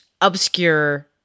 obscure